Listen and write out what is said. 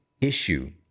issue